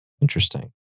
Interesting